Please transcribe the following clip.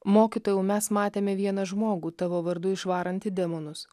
mokytojau mes matėme vieną žmogų tavo vardu išvarantį demonus